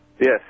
Yes